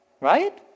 Right